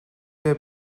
their